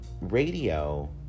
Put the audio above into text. radio